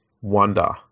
wonder